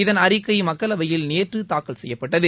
இதன் அறிக்கை மக்களவையில் நேற்று தாக்கல் செய்யப்பட்டது